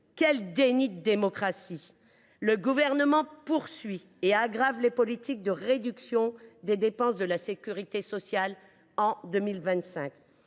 que vous en disiez, le Gouvernement poursuit et aggrave les politiques de réduction des dépenses de la sécurité sociale en 2025.